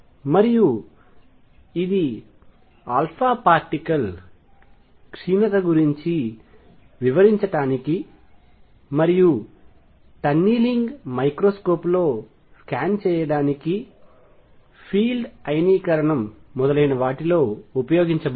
మరియు ఇది పార్టికల్ క్షీణత గురించి వివరించడానికి మరియు టన్నలింగ్ మైక్రోస్కోప్లో స్కాన్ చేయడానికి ఫీల్డ్ అయనీకరణం మొదలైన వాటిలో ఉపయోగించబడింది